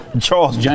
Charles